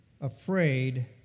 afraid